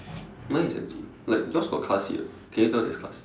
mine is empty like yours got car seat or not can you tell there is car seat